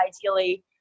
ideally